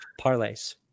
parlays